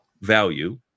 value